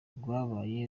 rwabaye